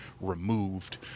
removed